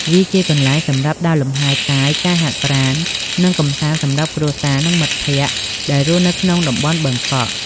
វាជាកន្លែងសម្រាប់ដើរលំហែកាយ ការហាត់ប្រាណ និងកម្សាន្តសម្រាប់គ្រួសារ និងមិត្តភក្តិ ដែលរស់នៅក្នុងតំបន់បឹងកក់។